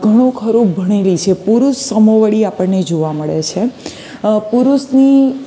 ઘણું ખરું ભણેલી છે પુરુષ સમોવડી આપણને જોવા મળે છે પુરુષની